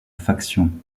faction